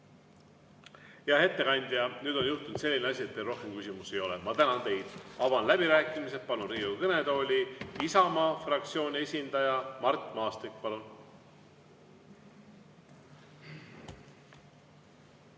Hea ettekandja, nüüd on juhtunud selline asi, et teile rohkem küsimusi ei ole. Ma tänan teid! Avan läbirääkimised ja palun Riigikogu kõnetooli Isamaa fraktsiooni esindaja Mart Maastiku. Palun!